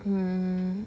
um